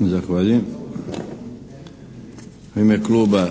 Darko (HDZ)** U ime kluba